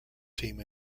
team